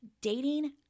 dating